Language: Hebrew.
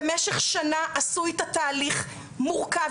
במשך שנה עשו איתה תהליך מורכב,